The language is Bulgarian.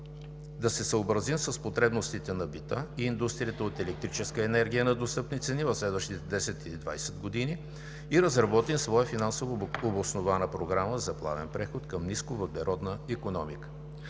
да се съобразим с потребностите на бита и индустрията от електрическа енергия на достъпни цени в следващите 10 или 20 години и разработим своя финансово обоснована програма за плавен преход към нисковъглеродна икономика.